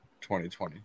2020